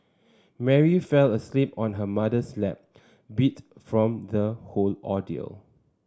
Mary fell asleep on her mother's lap beat from the whole ordeal